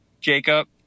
Jacob